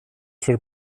för